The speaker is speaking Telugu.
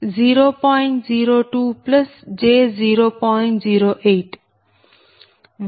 08